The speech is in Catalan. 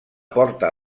porta